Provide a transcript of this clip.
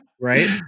Right